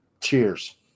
Cheers